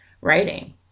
writing